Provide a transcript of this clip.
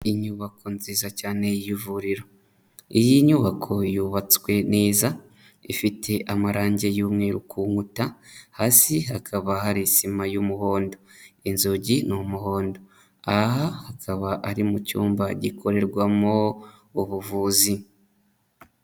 Inyubako nziza cyane y'ivuriro, iyi nyubako yubatswe neza, ifite amarangi y'umweru ku nkuta, hasi hakaba hari sima y'umuhondo, inzugi ni umuhondo, aha hakaba ari mu cyumba gikorerwamo ubuvuzi.